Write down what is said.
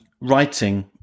writing